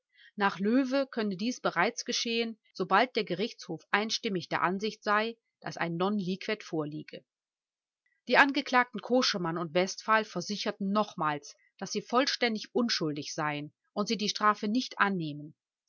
nach löwe könne dies bereits geschehen sobald der gerichtshof einstimmig der ansicht sei daß ein non liquet vorliege die angeklagten koschemann und westphal versicherten nochmals daß sie vollständig unschuldig seien und sie die strafe nicht annehmen